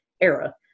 era